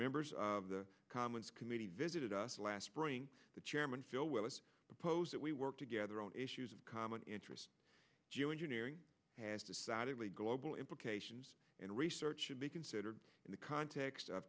members of the commons committee visited us last spring the chairman phil willis opposed it we work together on issues of common interest geoengineering has decided early global implications and research should be considered in the context of